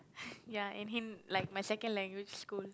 ya and Hin~ like my second language school